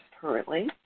currently